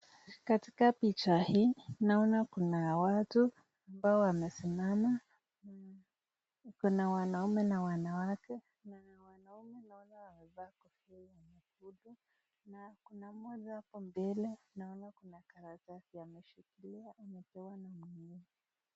Katika picha hii naona kuna watu ambao wanasimama . Kuna wanaume na wanawake . Kuna wanaume naona wamevaa kofia nyekundu na kuna mmoja hapo mbele naona ako na karatasi ameshikilia amepewa na mwenyewe.